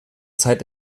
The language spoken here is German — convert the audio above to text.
zeit